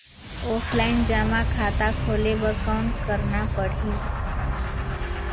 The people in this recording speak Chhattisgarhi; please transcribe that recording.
ऑफलाइन जमा खाता खोले बर कौन करना पड़ही?